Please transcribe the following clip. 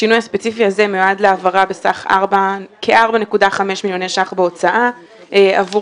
השינוי הספציפי מיועד להעברה בסך של כ-4.5 מיליוני ש"ח בהוצאה עבור